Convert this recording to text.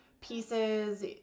pieces